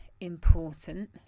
important